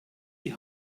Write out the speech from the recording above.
die